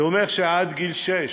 זה אומר שעד גיל שש,